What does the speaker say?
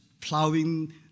plowing